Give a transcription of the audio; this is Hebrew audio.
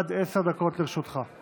עד עשר דקות לרשותך.